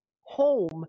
home